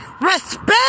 Respect